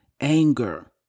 anger